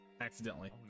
Accidentally